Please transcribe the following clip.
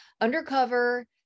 undercover